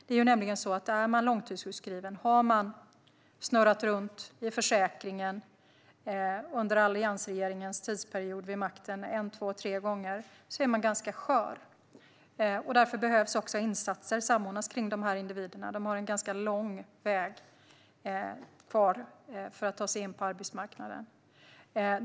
Det är ju så att om man är långtidssjukskriven och har snurrat runt i försäkringen under alliansregeringens tid vid makten - en, två och tre gånger - är man ganska skör. Därför behöver också insatser samordnas kring de här individerna. De har en ganska lång väg kvar för att ta sig in på arbetsmarknaden.